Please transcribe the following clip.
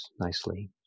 nicely